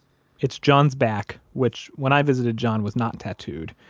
it's john's back, which when i visited john was not tattooed.